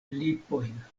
lipojn